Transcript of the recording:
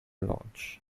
launch